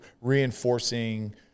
Reinforcing